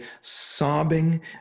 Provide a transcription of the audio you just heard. sobbing